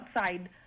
outside